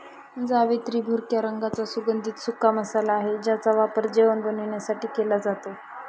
जावेत्री भुरक्या रंगाचा सुगंधित सुका मसाला आहे ज्याचा वापर जेवण बनवण्यासाठी केला जातो